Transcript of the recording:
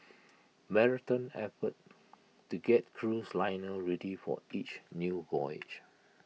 marathon effort to get cruise liner ready for each new voyage